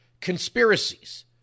conspiracies